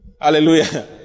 Hallelujah